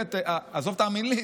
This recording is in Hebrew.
עזוב להאמין לי,